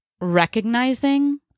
recognizing